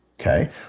okay